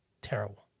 terrible